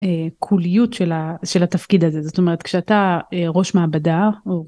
קוליות של התפקיד הזה זאת אומרת כשאתה ראש מעבדה.